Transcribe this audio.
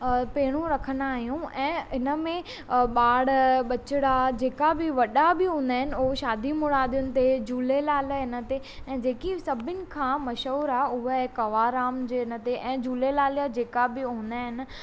पहिरों रखंदा आहियूं ऐं हिन में ॿार बचिड़ा जेका बि वॾा बि हूंदा आहिनि उहो शादी मुरादियुनि ते झूलेलाल हिन ते ऐं जेकी सभिनी खां मशहूर आहे उहा कवंरराम जे हिन ते ऐं झूलेलाल जा जेका बि हूंदा आहिनि